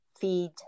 feed